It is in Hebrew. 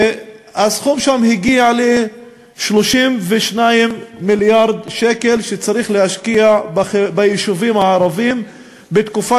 והסכום בה הגיע ל-32 מיליארד שקל שצריך להשקיע ביישובים הערביים בתקופה